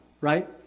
right